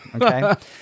okay